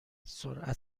سرعت